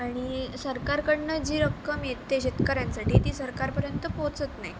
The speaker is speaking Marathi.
आणि सरकारकडनं जी रक्कम येते शेतकऱ्यांसाठी ती सरकारपर्यंत पोहचत नाही